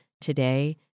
today